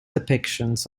depictions